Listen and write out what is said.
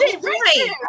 right